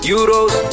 Euros